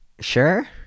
sure